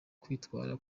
kwitwara